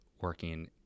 working